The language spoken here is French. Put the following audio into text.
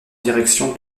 direction